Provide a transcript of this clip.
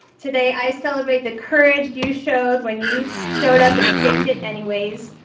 today i celebrate the courage you showed when you showed up and faked it anyways.